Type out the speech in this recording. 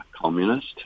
communist